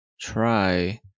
try